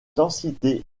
densité